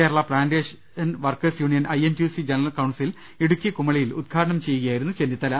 Kerala plantation workers union I N T U C general council Idukki കുമളിയിൽ ഉദ്ഘാടനം ചെയ്യുകയായിരുന്നു ചെന്നിത്തല